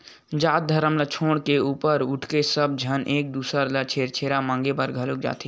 जात धरम ल छोड़ के ऊपर उठके सब झन एक दूसर घर छेरछेरा मागे बर घलोक जाथे